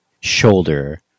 shoulder